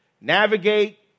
Navigate